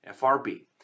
FRB